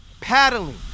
paddling